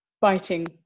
biting